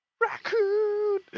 raccoon